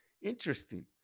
interesting